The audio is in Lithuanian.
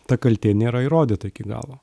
ta kaltė nėra įrodyta iki galo